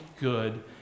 good